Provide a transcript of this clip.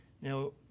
Now